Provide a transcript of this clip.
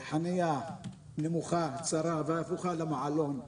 חנייה נמוכה, צרה והפוכה למעלון.